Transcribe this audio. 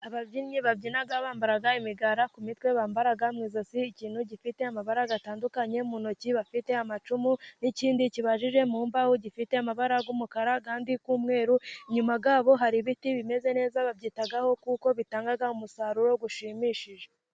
Ababyinnyi babyina bambara, imigara ku mutwe, bambara mu ijosi ikintu gifite amabara atandukanye, mu ntoki bafite amacumu n' ikindi kibajijwe mu mbaho, gifite amabara y' umukara nandi y' umweru inyuma yabo hari ibiti bimeze neza, babyitagaho kuko bitanga umusaruro ushimishije.